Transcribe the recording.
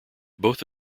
both